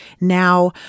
Now